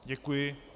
Děkuji.